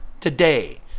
today